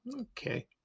Okay